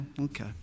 okay